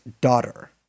Daughter